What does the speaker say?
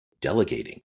delegating